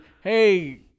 Hey